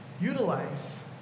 utilize